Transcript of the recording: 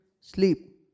sleep